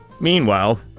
Meanwhile